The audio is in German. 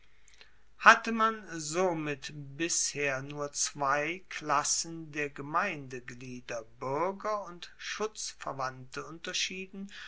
hatte man somit bisher nur zwei klassen der gemeindeglieder buerger und schutzverwandte unterschieden